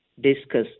discuss